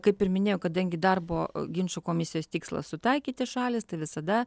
kaip ir minėjau kadangi darbo ginčų komisijos tikslas sutaikyti šalys tai visada